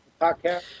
podcast